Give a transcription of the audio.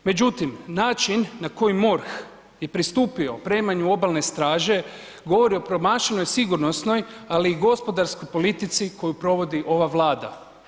Međutim, način na koji MORH je pristupio opremanju obalne straže govori o promašenoj sigurnosnoj ali i gospodarskoj politici koju provodi ova Vlada.